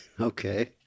Okay